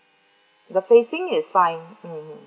the facing is fine mmhmm